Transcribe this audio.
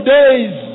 days